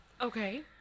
Okay